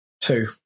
Two